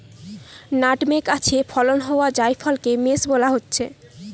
nutmeg গাছে ফলন হোয়া জায়ফলকে মেস বোলা হচ্ছে